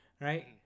Right